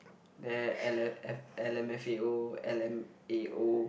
then l_m_f_a_o l_m_a_o